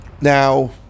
Now